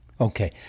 Okay